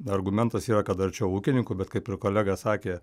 argumentas yra kad arčiau ūkininkų bet kaip ir kolega sakė